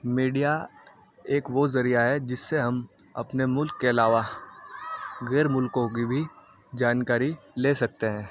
media ایک وہ ذریعہ ہے جس سے ہم اپنے ملک کے علاوہ غیر ملکوں کی بھی جانکاری لے سکتے ہیں